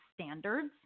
standards